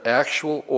actual